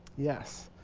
yes.